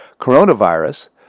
coronavirus